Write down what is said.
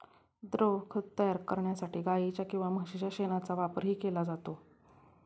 द्रवखत तयार करण्यासाठी गाईच्या किंवा म्हशीच्या शेणाचा वापरही केला जातो